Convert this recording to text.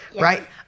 right